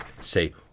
say